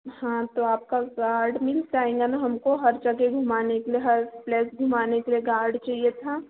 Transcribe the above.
हाँ तो आपका गार्ड मिल जाएगा ना हमको हर जगह घूमाने के लिए हर प्लेस घूमाने के लिए गार्ड चाहिए था